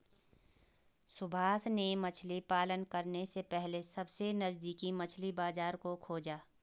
सुभाष ने मछली पालन करने से पहले सबसे नजदीकी मछली बाजार को खोजा